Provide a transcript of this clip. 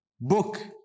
book